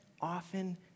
often